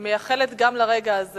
אני מייחלת גם לרגע הזה,